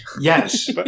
yes